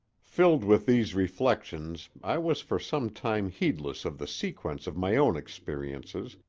filled with these reflections, i was for some time heedless of the sequence of my own experiences,